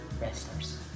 wrestlers